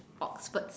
Oxford city